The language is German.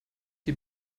die